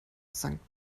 sankt